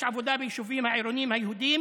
עבודה ביישובים העירוניים היהודיים